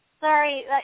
Sorry